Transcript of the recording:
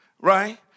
right